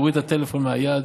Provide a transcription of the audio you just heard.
תוריד את הטלפון מהיד.